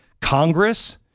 Congress